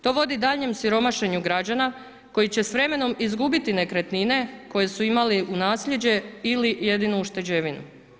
To vodi duljenjem siromašenju građane, koji će s vremenom izgubiti nekretnine, koje su imale u naslijeđene ili jedinu ušteđevinu.